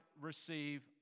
receive